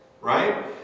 Right